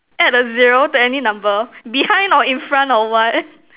add a zero to any number behind or in front or what